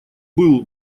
был